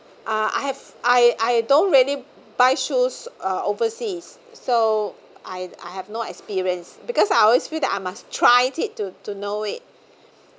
uh I have I I don't really buy shoes uh overseas so I I have no experience because I always feel that I must try it to to know it